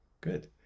good